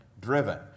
driven